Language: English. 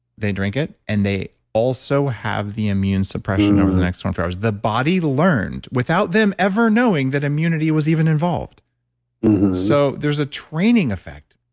they drink it. and they also have the immune suppression over the next twenty four hours. the body learned, without them ever knowing that immunity was even involved so there's a training effect.